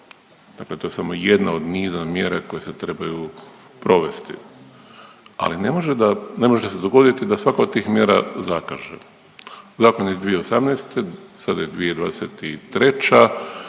Dakle, to je samo jedna od niza mjera koje se trebaju provesti, ali ne može da, ne može se dogoditi da svaka od tih mjera zakaže. Zakon je iz 2018. sada je 2023.,